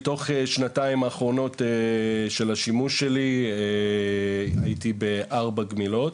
במשך השנתיים האחרונות של השימוש שלי הייתי בארבע גמילות.